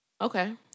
Okay